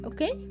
Okay